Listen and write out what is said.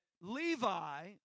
Levi